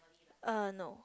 uh no